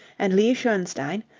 and lee schoenstein,